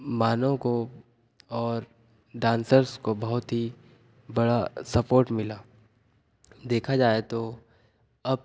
मानव को और डांसर्स को बहुत ही बड़ा सपोर्ट मिला देखा जाए तो अब